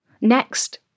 Next